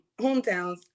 hometowns